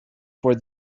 for